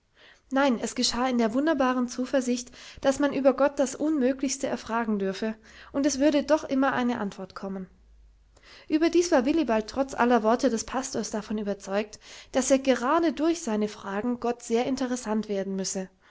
nein es geschah in der wunderbaren zuversicht daß man über gott das unmöglichste erfragen dürfe und es würde doch immer eine antwort kommen überdies war willibald trotz aller worte des pastors davon überzeugt daß er gerade durch seine fragen gott sehr interessant werden müsse